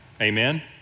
Amen